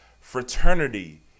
fraternity